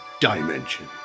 dimension